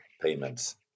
payments